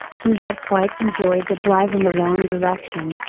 he had quite enjoyed the drive in the wrong direction,